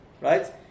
Right